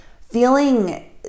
feeling